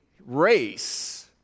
race